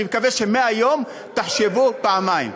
ואני מקווה שמהיום תחשבו פעמיים.